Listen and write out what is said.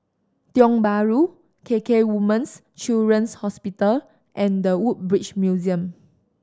Tiong Bahru K K Women's Children's Hospital and The Woodbridge Museum